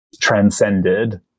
transcended